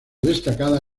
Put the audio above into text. destacada